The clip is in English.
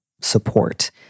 support